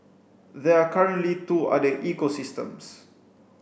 there are currently two other ecosystems